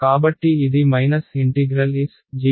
కాబట్టి ఇది sg∇ ∇g